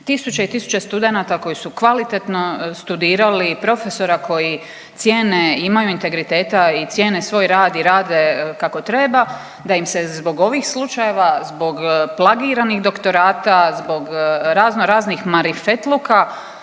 tisuće i tisuće studenata koji su kvalitetno studirali i profesora koji cijene imaju integriteta i cijene svoj rad i rade kako treba, da im se zbog ovih slučajeva, zbog plagiranih doktorata, zbog raznoraznih marifetluka